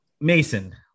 mason